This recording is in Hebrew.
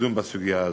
לדון בסוגיה זו.